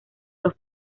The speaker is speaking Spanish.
los